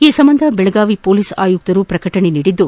ಈ ಸಂಬಂಧ ಬೆಳಗಾವಿ ಮೊಲೀಸ್ ಆಯುಕ್ತರು ಶ್ರಕಟಣೆ ನೀಡಿದ್ದು